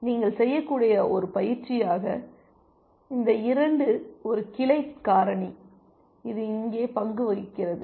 நீங்கள் செய்யக்கூடிய ஒரு பயிற்சியாக இந்த 2 ஒரு கிளை காரணி இது இங்கே பங்கு வகிக்கிறது